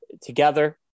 together